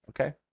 Okay